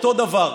אותו דבר.